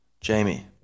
Jamie